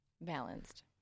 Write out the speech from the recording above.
Balanced